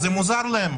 אז זה מוזר להם.